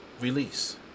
release